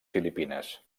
filipines